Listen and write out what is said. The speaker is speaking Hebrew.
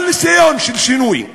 כל ניסיון של שינוי בסטטוס-קוו,